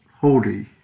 holy